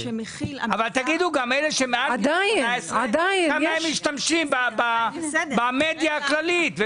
אבל תגידו גם כמה מעל גיל 18 משתמשים במדיה הכללית.